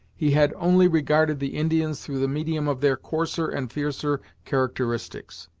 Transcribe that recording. he had only regarded the indians through the medium of their coarser and fiercer characteristics.